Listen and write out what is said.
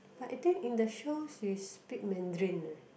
but I think in the show she speak Mandarin eh